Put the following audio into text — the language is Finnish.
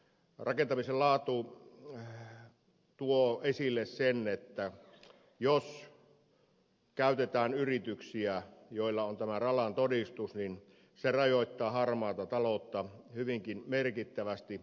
rakentamisen laatu tuo esille sen että jos käytetään yrityksiä joilla on ralan todistus se rajoittaa harmaata taloutta hyvinkin merkittävästi